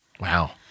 wow